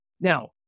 Now